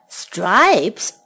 stripes